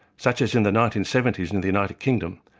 such as in the nineteen seventy s and in the united kingdom,